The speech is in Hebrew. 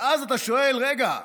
ואז אתה שואל: רגע,